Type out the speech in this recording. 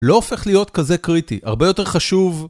לא הופך להיות כזה קריטי, הרבה יותר חשוב...